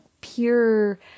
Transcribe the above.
pure